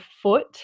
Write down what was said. foot